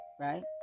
Right